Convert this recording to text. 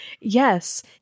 Yes